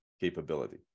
capability